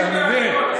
אתה מבין?